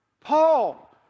Paul